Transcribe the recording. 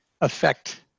affect